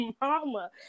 mama